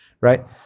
right